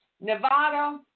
Nevada